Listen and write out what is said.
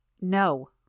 No